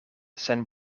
sen